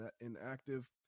inactive